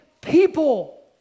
people